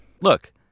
look